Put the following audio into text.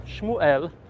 Shmuel